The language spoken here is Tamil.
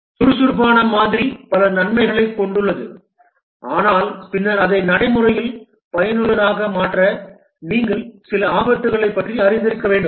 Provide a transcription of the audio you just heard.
சுறுசுறுப்பான மாதிரி பல நன்மைகளைக் கொண்டுள்ளது ஆனால் பின்னர் அதை நடைமுறையில் பயனுள்ளதாக மாற்ற நீங்கள் சில ஆபத்துகளைப் பற்றி அறிந்திருக்க வேண்டும்